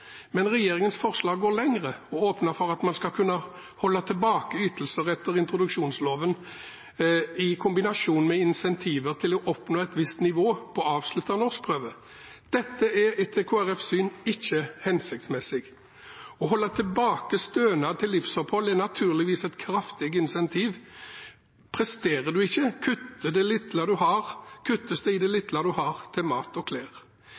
Men regjeringens forslag går lenger og åpner for at man skal kunne holde tilbake ytelser etter introduksjonsloven i kombinasjon med incentiver til å oppnå et visst nivå på avsluttende norskprøve. Dette er etter Kristelig Folkepartis syn ikke hensiktsmessig. Å holde tilbake stønad til livsopphold er naturligvis et kraftig incentiv – presterer en ikke, kuttes det lille en har til mat og klær. Kristelig Folkeparti mener det